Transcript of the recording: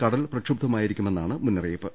കടൽ പ്രക്ഷുബ്ധമായിരിക്കുമെന്നാണ് മുന്നറിയിപ്പ്